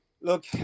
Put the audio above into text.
Look